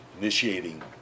Initiating